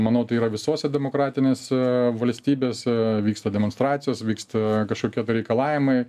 manau tai yra visose demokratinėse valstybėse vyksta demonstracijos vyksta kažkokie tai reikalavimai